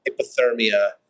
hypothermia